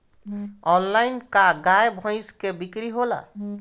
Online का गाय भैंस क बिक्री होला?